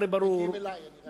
הם מגיעים אלי.